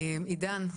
עידן,